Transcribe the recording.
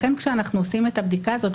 לכן כשאנחנו עושים את הבדיקה הזאת,